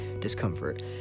discomfort